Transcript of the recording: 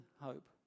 hope